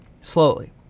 slowly